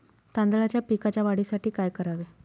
तांदळाच्या पिकाच्या वाढीसाठी काय करावे?